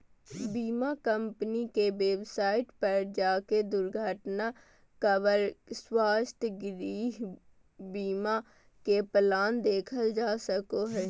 बीमा कम्पनी के वेबसाइट पर जाके दुर्घटना कवर, स्वास्थ्य, गृह बीमा के प्लान देखल जा सको हय